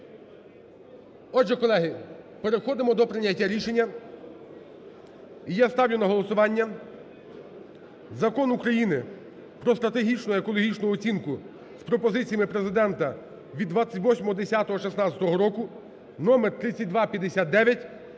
Отже, колеги, переходимо до прийняття рішення. І я ставлю на голосування Закон України "Про стратегічну екологічну оцінку" з пропозиціями Президента від 28.10.2016 року (номер 3259)